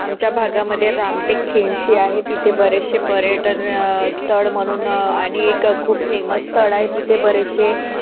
आमच्या भागामध्ये रामटेक खिंडशी आहे तिथे बरेचसे पर्यटन स्थळ म्हणून आणि एक खूप फेमस स्थळ आहे तिथे बरेचसे